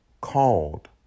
called